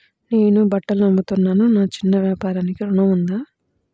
నేను బట్టలు అమ్ముతున్నాను, నా చిన్న వ్యాపారానికి ఋణం ఉందా?